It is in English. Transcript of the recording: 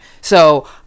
So-